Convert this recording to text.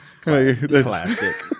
classic